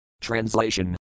Translation